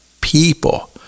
people